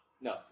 No